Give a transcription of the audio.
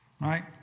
right